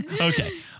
Okay